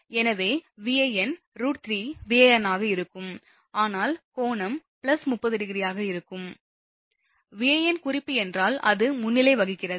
எனவே Vab √3Van ஆக இருக்கும் ஆனால் கோணம் 30° ஆக இருக்கும் Van குறிப்பு என்றால் அது முன்னிலை வகிக்கிறது